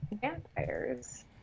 vampires